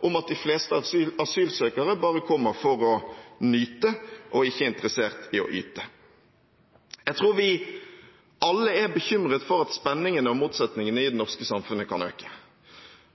om at de fleste asylsøkere bare kommer for å nyte og ikke er interessert i å yte. Jeg tror vi alle er bekymret for at spenningene og motsetningene i det norske samfunnet kan øke.